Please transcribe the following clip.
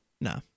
No